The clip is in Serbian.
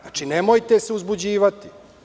Znači, nemojte se uzbuđivati.